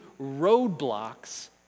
roadblocks